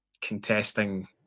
contesting